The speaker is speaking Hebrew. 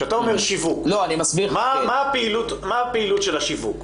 כשאתה אומר שיווק, מה הפעילות של השיווק?